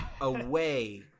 away